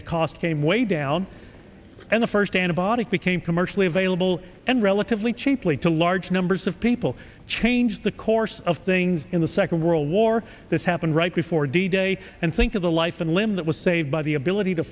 the cost came way down and the first antibiotic became commercially available and relatively cheaply to large numbers of people changed the course of things in the second world war this happened right before d day and think of the life and limb that was saved by the ability to